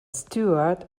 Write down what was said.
steward